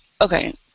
okay